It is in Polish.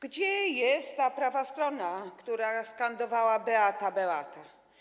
Gdzie jest ta prawa strona, która skandowała: Beata, Beata?